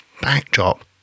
backdrop